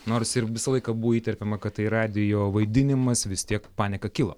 nors ir visą laiką buvo įterpiama kad tai radijo vaidinimas vis tiek panika kilo